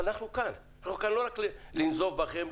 אבל אנחנו כאן לא רק כדי לנזוף בכם,